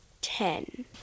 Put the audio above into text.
ten